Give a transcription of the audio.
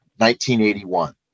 1981